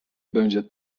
będzie